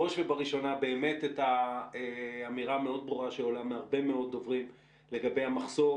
בראש ובראשונה באמת את האמירה המאוד ברורה שעולה מהרבה דוברים לגבי המחסור